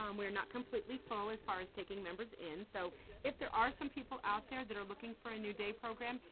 um we're not completely full as far as taking members in. so if there are some people out there that are looking for a new day program,